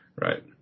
Right